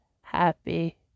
happy